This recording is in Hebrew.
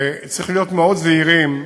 צריך להיות מאוד זהירים,